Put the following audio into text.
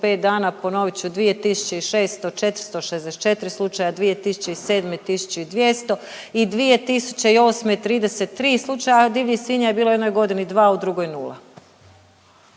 danas. Ponovit ću 2.600 464 slučaja, 1007. 1.200 i 2008. 33 slučaja, a divljih svinja je bilo u jednoj godini dva, a u drugoj nula.